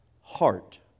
heart